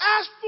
Ask